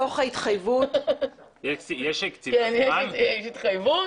יש התחייבות, על הקרח.